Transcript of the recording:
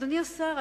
אדוני השר,